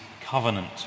covenant